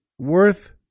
worth